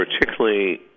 particularly